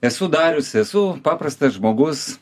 esu darius esu paprastas žmogus